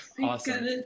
Awesome